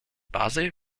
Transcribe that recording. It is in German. basel